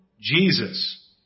Jesus